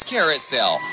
Carousel